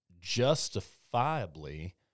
justifiably